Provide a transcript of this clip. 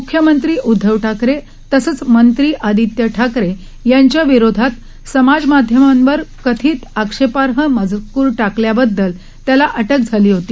मुख्यमंत्रा उदधव ठाकरे तसंच मंत्री आदित्य ठाकरे यांच्याविरोधात समाजमाध्यामांवर कथित आक्षेपार्ह मजकर टाकल्याबददल त्याला अटक झाली होती